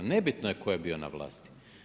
Nebitno je tko je bio na vlasti.